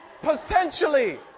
Potentially